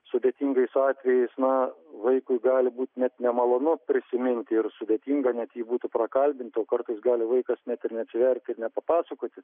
sudėtingais atvejais na vaikui gali būti net nemalonu prisiminti ir sudėtinga net jei būtų prakalbinti o kartais gali vaikas net ir neatsiverti ir nepapasakoti